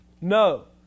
No